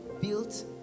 built